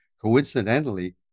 coincidentally